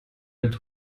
mit